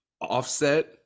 Offset